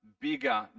bigger